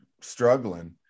struggling